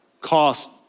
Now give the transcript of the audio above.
cost